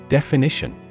Definition